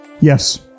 Yes